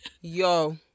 Yo